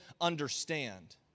understand